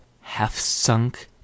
half-sunk